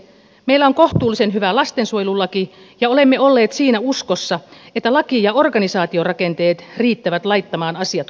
meillä on kohtuullisen hyvä lastensuojelulaki ja olemme olleet siinä uskossa että laki ja organisaatiorakenteet riittävät laittamaan asiat kuntoon